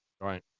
Right